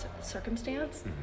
circumstance